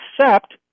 accept